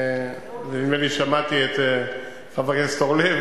נדמה לי ששמעתי את חבר הכנסת אורלב